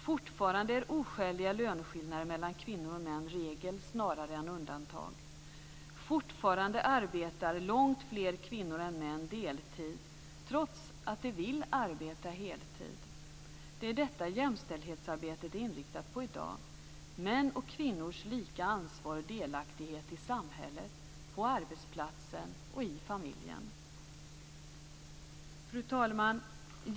Fortfarande är oskäliga löneskillnader mellan kvinnor och män regel snarare än undantag. Fortfarande jobbar långt fler kvinnor än män deltid trots att de vill arbeta heltid. Det är detta jämställdhetsarbetet är inriktat på i dag; mäns och kvinnors lika ansvar och delaktighet i samhället, på arbetsplatsen och i familjen. Fru talman!